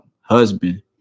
husband